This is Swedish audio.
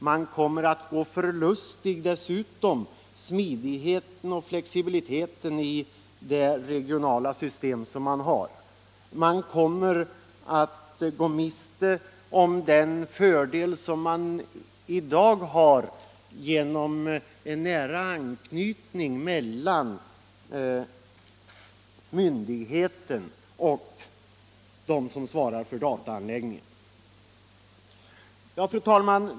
Man går dessutom förlustig smidigheten och flexibiliteten i det regionala system man har. Man kommer att gå miste om den fördel som man i dag har genom en nära anknytning mellan myndigheten och dem som svarar för dataanläggningen. Fru talman!